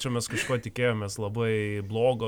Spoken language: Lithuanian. čia mes kažko tikėjomės labai blogo